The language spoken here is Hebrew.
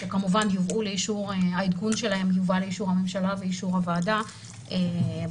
שכמובן העדכון שלהן יובא לאישור הממשלה ולאישור הוועדה בהמשך.